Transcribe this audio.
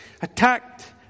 attacked